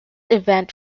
event